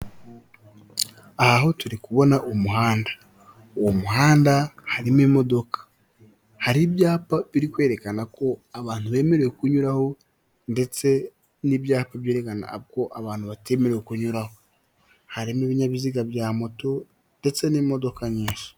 Aha ho turi kubona umuhanda, uwo muhanda harimo imodoka hari ibyapa biri kwerekana ko abantu bemerewe kunyuraho ndetse n'ibyapa byerekana ko abantu batemerewe kunyuraho, harimo ibinyabiziga bya moto ndetse n'imodoka nyinshi.